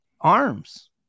arms